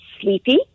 sleepy